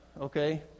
okay